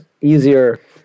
easier